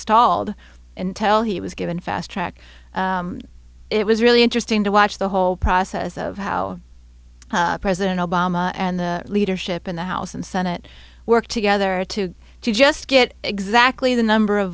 stalled and tell he was given fast track it was really interesting to watch the whole process of how president obama and the leadership in the house and senate work together to just get exactly the number of